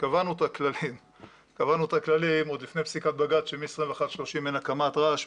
קבענו את הכללים עוד לפני פסיקת בג"צ שמ-21:30 אין הקמת רעש,